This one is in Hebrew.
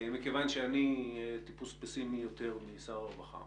מכיוון שאני טיפוס פסימי יותר משר הרווחה